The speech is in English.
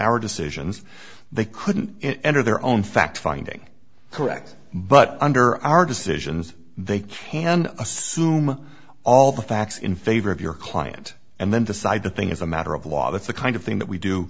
our decisions they couldn't enter their own fact finding correct but under our decisions they can assume all the facts in favor of your client and then decide the thing is a matter of law that's the kind of thing that we do